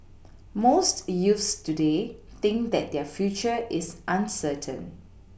most youths today think that their future is uncertain